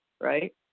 right